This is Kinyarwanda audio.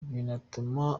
binatuma